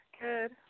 Good